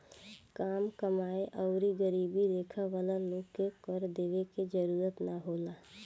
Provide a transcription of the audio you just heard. काम कमाएं आउर गरीबी रेखा वाला लोग के कर देवे के जरूरत ना होला